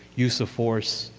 use of force.